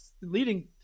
leading